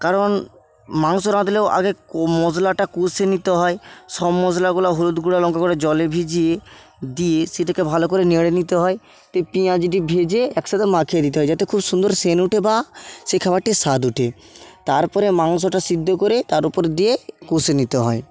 কারণ মাংস রাঁধলেও আগে কো মশলাটা কষে নিতে হয় সব মশলাগুলা হলুদ গুঁড়া লঙ্কা গুঁড়া জলে ভিজিয়ে দিয়ে সেটাকে ভালো করে নেড়ে নিতে হয় তে পিঁয়াজটি ভেজে একসাতে মাখিয়ে দিতে হয় যাতে খুব সুন্দর সেন্ট উঠে বা সেই খাবারটির স্বাদ উঠে তারপরে মাংসটা সিদ্ধ করে তার উপর দিয়ে কষে নিতে হয়